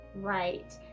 Right